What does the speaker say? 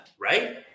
right